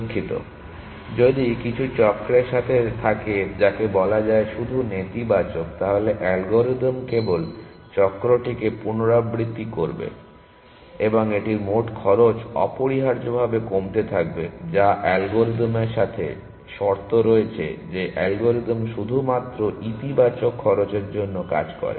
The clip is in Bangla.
দুঃখিত যদি কিছু চক্রের সাথে থাকে যাকে বলা হয় শুধু নেতিবাচক তাহলে অ্যালগরিদম কেবল চক্রটিকে পুনরাবৃত্তি করতে থাকবে এবং এটির মোট খরচ অপরিহার্যভাবে কমতে থাকবে যা অ্যালগরিদমের সাথে শর্ত রয়েছে যে অ্যালগরিদম শুধুমাত্র ইতিবাচক খরচের জন্য কাজ করে